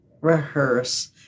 rehearse